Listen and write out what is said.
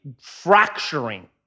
fracturing